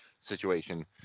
situation